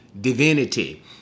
divinity